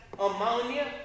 Ammonia